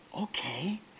Okay